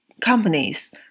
companies